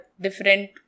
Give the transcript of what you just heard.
different